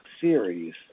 series